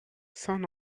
saint